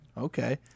Okay